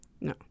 No